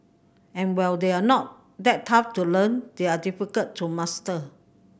and while they are not that tough to learn they are difficult to master